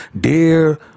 Dear